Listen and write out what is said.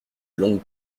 longue